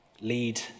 lead